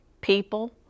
people